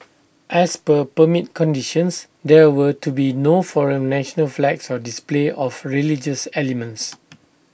as per permit conditions there were to be no foreign national flags or display of religious elements